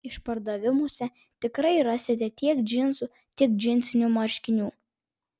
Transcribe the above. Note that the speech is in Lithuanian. išpardavimuose tikrai rasite tiek džinsų tiek džinsinių marškinių